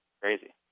crazy